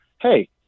hey